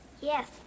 Yes